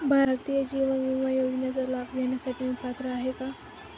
भारतीय जीवन विमा योजनेचा लाभ घेण्यासाठी मी पात्र आहे का?